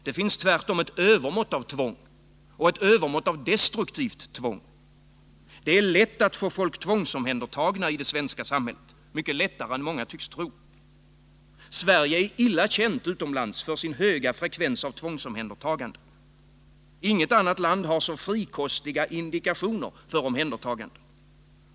Det finns tvärtom ett övermått av tvång — och ett övermått av destruktivt tvång. Det är lätt att få folk tvångsomhändertagna i det svenska samhället — mycket lättare än folk tycks tro. Sverige är illa känt utomlands för sin höga frekvens av tvångsomhändertaganden. Inget annat land har så frikostiga indikationer för omhändertaganden.